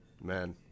man